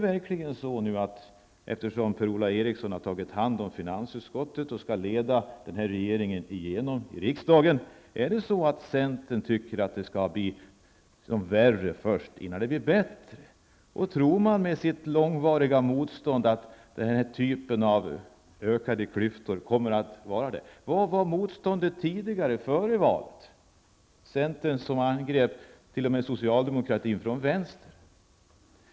Per-Ola Eriksson har tagit hand om finansutskottet och skall leda regeringen genom riksdagen. Tycker centern också att det måste bli värre först innan det kan bli bättre? Tror man med sitt långvariga motstånd att den här typen av ökade klyftor kommer att vara det? Var fanns motståndet före valet. Centern angrep t.o.m. socialdemokratin från vänster.